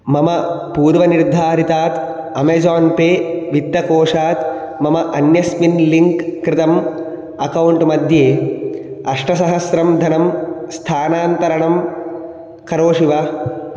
मम पूर्वनिर्धारितात् Amazon pay वित्तकोषात् मम अन्यस्मिन् लिङ्क् कृतम् अकौण्ट् मध्ये अष्ट सहस्रं धनं स्थानान्तरणं करोषि वा